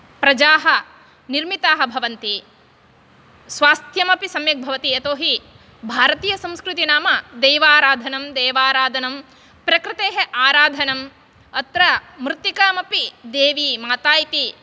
प्रजाः निर्मिताः भवन्ति स्वास्थ्यमपि सम्यक् भवति यतोहि भारतीयसंस्कृति नाम दैवाराधनं देवाराधनं प्रकृतेः आराधनं अत्र मृत्तिकामपि देवी माता इति